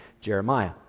Jeremiah